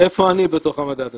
'איפה אני בתוך המדד הזה?'